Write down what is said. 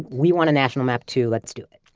we want a national map too. let's do it.